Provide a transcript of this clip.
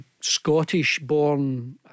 Scottish-born